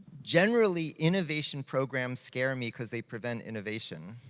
generally, innovation programs scare me cause they prevent innovation.